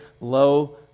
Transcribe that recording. low